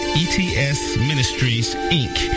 etsministriesinc